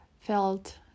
felt